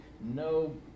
no